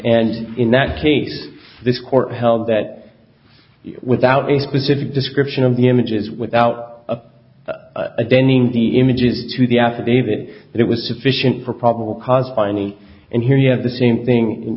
and in that case this court held that without a specific description of the images without denting the images to the affidavit that was sufficient for probable cause finding and here you have the same thing